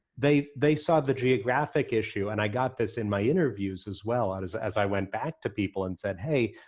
they they saw the geographic issue and i got this in my interviews as well, as as i went back to people and said, hey,